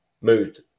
moved